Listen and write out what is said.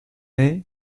est